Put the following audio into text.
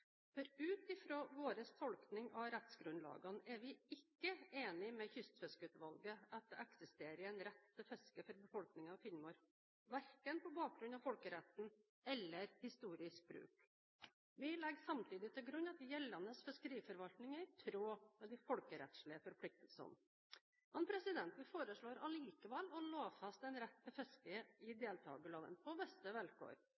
Ut fra vår tolkning av rettsgrunnlagene er vi ikke enig med Kystfiskeutvalget i at det eksisterer en rett til fiske for befolkningen i Finnmark, verken på bakgrunn av folkeretten eller historisk bruk. Vi legger samtidig til grunn at gjeldende fiskeriforvaltning er i tråd med de folkerettslige forpliktelsene. Vi foreslår likevel å lovfeste en rett til fiske i